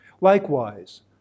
Likewise